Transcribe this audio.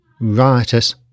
riotous